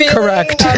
Correct